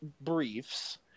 briefs